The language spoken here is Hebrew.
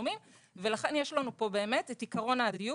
התשלומים ולכן יש לנו פה את עיקרון ההדדיות,